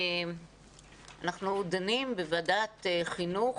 אנחנו דנים בוועדת החינוך